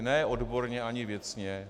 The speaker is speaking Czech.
Ne odborně ani věcně.